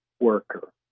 worker